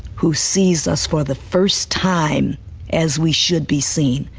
who sees us for the first time as we should be seen.